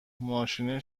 ماشین